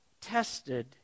tested